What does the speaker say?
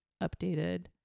updated